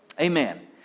Amen